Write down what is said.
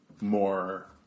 more